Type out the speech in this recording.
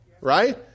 right